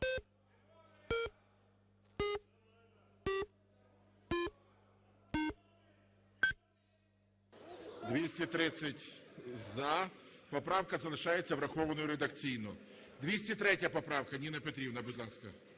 За-230 Поправка залишається врахованою редакційно. 203 поправка, Ніна Петрівна, будь ласка.